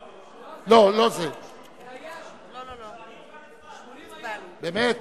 80 כבר הצבענו.